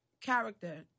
character